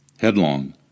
headlong